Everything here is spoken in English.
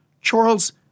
Charles